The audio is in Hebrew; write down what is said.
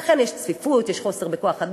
לכן יש צפיפות ויש חוסר בכוח-אדם,